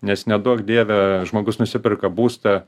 nes neduok dieve žmogus nusiperka būstą